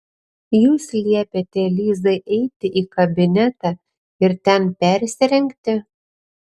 jūs liepėte lizai eiti į kabinetą ir ten persirengti